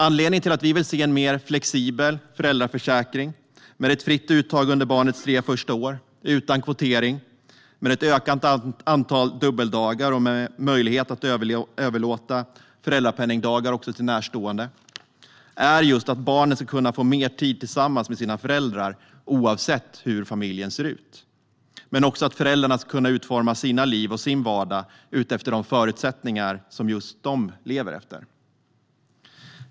Anledningen till att vi vill se en mer flexibel föräldraförsäkring med ett fritt uttag under barnets tre första år utan kvotering, med ett ökat antal dubbeldagar och med möjlighet att överlåta föräldrapenningdagar också till närstående, är just att barnen ska kunna få mer tid tillsammans med sina föräldrar, oavsett hur familjen ser ut, men också att föräldrarna ska kunna utforma sina liv och sin vardag utifrån de förutsättningar som just de lever efter.